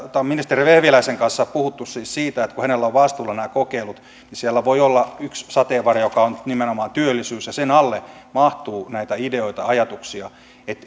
ministeri vehviläisen kanssa puhuneet siis siitä kun hänellä on vastuullaan nämä kokeilut ja siellä voi olla yksi sateenvarjo joka on nimenomaan työllisyys ja sen alle mahtuu näitä ideoita ja ajatuksia